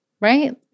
Right